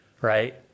right